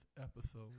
episode